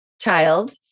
child